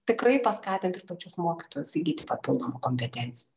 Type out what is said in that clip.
tikrai paskatint ir pačius mokytojus įgyti papildomų kompetencijų